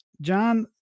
john